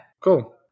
Cool